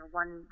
one